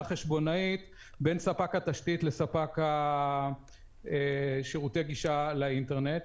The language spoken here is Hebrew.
חשבונאית בין ספק התשתית לספק שירותי גישה לאינטרנט.